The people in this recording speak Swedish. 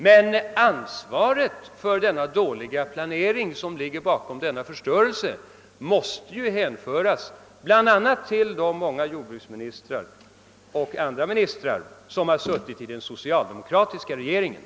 Men ansvaret för den dåliga planering som ligger bakom denna förstö ring måste ju hänföras till bl.a. de många jordbruksministrar och andra ministrar som har suttit i den socialdemokratiska regeringen.